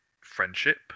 friendship